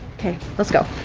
okay, let's go.